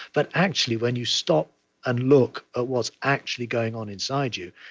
but actually, when you stop and look at what's actually going on inside you,